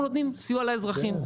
אנחנו נותנים סיוע לאזרחים.